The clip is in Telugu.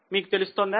మీకు తెలుస్తుందా